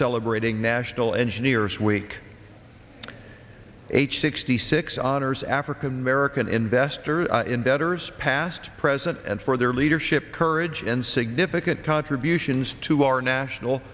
celebrating national engineers week h sixty six authors african american investors in betters pass present and for their leadership courage and significant contributions to our national